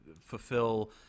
fulfill